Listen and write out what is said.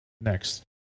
next